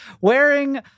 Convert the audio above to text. wearing